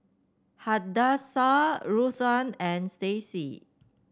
Hadassah Ruthann and Stacey